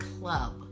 Club